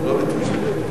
ביקשתי.